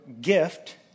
gift